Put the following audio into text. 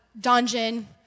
dungeon